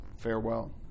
Farewell